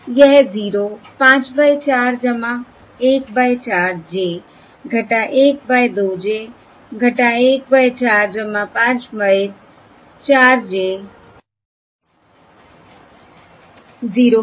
यह 0 5 by 4 1 by 4 j 1 by 2 j 1 by 4 5 by 4 j 0 है